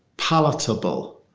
palatable.